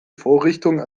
vorrichtung